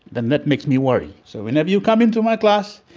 then that makes me worry. so, whenever you come into my class,